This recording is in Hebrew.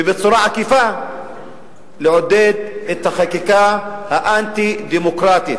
ובצורה עקיפה לעודד את החקיקה האנטי-דמוקרטית,